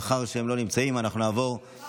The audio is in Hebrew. מאחר שהם לא נמצאים, נעבור להצבעה בקריאה השנייה.